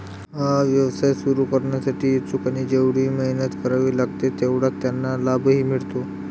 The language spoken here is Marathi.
हा व्यवसाय सुरू करण्यासाठी इच्छुकांना जेवढी मेहनत करावी लागते तेवढाच त्यांना लाभही मिळतो